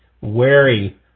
wary